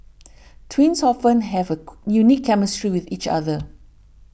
twins often have a unique chemistry with each other